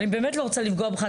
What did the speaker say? אני באמת לא רוצה לפגוע בך,